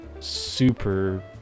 Super